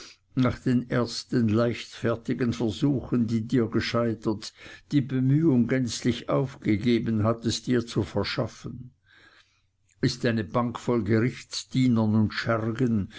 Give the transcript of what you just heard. nach den ersten leichtfertigen versuchen die dir gescheitert die bemühung gänzlich aufgegeben hat es dir zu verschaffen ist eine bank voll gerichtsdienern und schergen